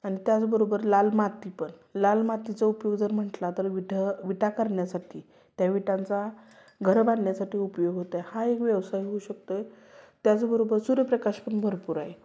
अन त्याचबरोबर लाल माती पण लाल मातीचा उपयोग जर म्हटला तर विठं विटा करण्यासाठी त्या विटांचा घरं बांधण्यासाठी उपयोग होत आहे हा एक व्यवसाय होऊ शकतो आहे त्याचबरोबर सूर्यप्रकाश पण भरपुर आहे